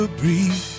breathe